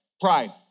Pride